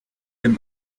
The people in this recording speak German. dem